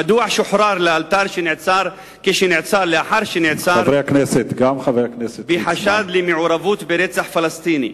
מדוע שוחרר לאלתר לאחר שנעצר בחשד למעורבות ברצח פלסטיני?